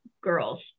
girls